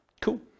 cool